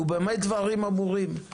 ובמה דברים אמורים?